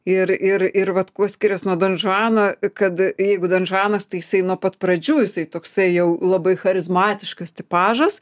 ir ir ir vat kuo skirias nuo donžuano kad jeigu donžuanas tai jisai nuo pat pradžių jisai toksai jau labai charizmatiškas tipažas